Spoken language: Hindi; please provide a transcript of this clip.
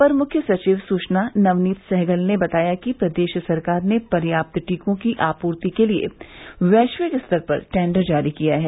अपर मुख्य सचिव सूचना नवनीत सहगल ने बताया कि प्रदेश सरकार ने पर्याप्त टीकों की आपूर्ति के लिये वैश्विक स्तर पर टैंडर जारी किया है